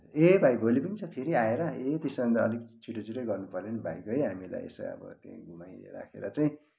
ए भाइ भोलि पनि छ फेरि आएर ए त्यसो भने त अलिक छिटो छिटो गर्नुपऱ्यो नि भाइ है हामीलाई त्यहाँ यसो घुमाइराखेर चाहिँ